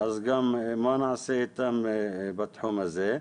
מה נעשה איתם בתחום הזה?